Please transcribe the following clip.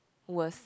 worst